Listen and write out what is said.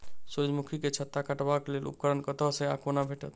सूर्यमुखी केँ छत्ता काटबाक लेल उपकरण कतह सऽ आ कोना भेटत?